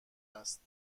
است